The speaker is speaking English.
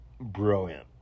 brilliant